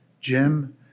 Jim